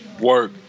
work